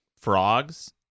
frogs